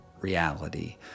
reality